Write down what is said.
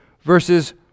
versus